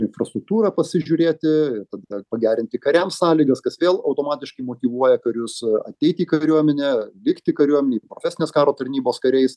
infrastruktūrą pasižiūrėti tada pagerinti kariam sąlygas kas vėl automatiškai motyvuoja karius ateiti į kariuomenę likti kariuomenėj profesinės karo tarnybos kariais